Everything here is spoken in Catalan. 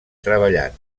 treballat